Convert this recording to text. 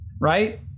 right